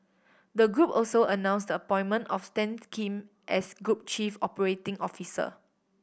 the group also announced the appointment of Stan Kim as group chief operating officer